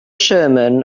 sherman